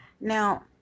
Now